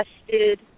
tested